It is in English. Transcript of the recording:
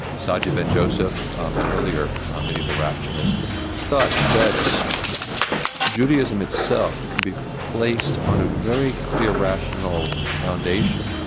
saadia ben joseph and earlier medieval rationalists thought that judaism itself can be placed on a very clear rational foundation.